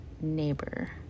neighbor